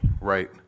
right